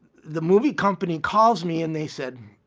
the movie company calls me and they said,